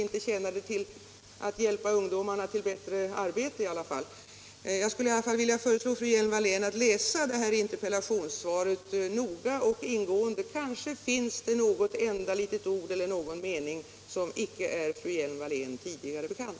Inte tjänar den till att hjälpa ungdomarna till bättre arbete i alla fall. Jag skulle vilja föreslå fru Hjelm-Wallén att läsa interpellationssvaret noga och ingående. Kanske finns det något enda litet ord eller någon mening som icke är fru Hjelm-Wallén tidigare bekant.